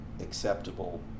acceptable